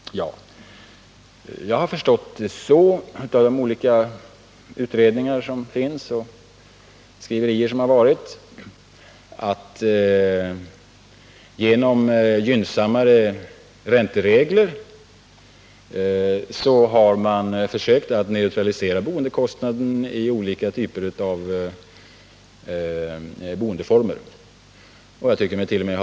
Av de olika utredningarna och alla skriverier har jag förstått att man genom gynnsammare ränteregler har försökt att neutralisera boendekostnaden vid olika typer av boendeformer. Jag tycker migt.o.m.